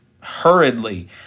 hurriedly